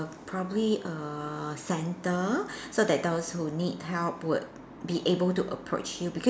probably a centre so that those who need help would be able to approach you because